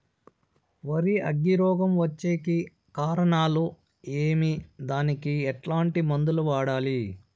వరి అగ్గి రోగం వచ్చేకి కారణాలు ఏమి దానికి ఎట్లాంటి మందులు వాడాలి?